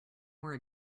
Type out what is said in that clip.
more